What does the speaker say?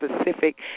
specific